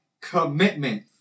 Commitment